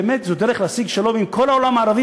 באמת זו דרך להשיג שלום עם כל העולם הערבי